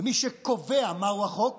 ומי שקובעים מהו החוק